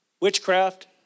witchcraft